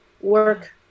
work